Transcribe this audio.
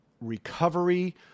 recovery